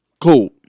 cool